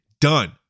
done